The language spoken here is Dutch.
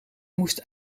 moest